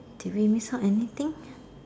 did we miss out anything